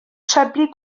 treblu